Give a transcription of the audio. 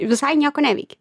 visai nieko neveiki